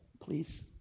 please